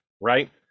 right